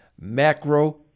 Macro